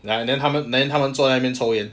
ya and then 他们 then 他们坐那边抽烟